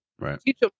right